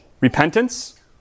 Repentance